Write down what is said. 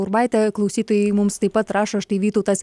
urbaitė klausytojai mums taip pat rašo štai vytautas